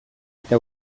eta